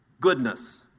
goodness